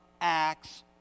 acts